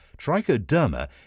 trichoderma